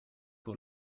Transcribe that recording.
och